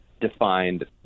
defined